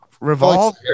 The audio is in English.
Revolve